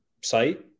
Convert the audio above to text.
site